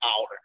hour